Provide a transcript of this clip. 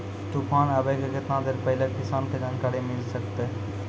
तूफान आबय के केतना देर पहिले किसान के जानकारी मिले सकते?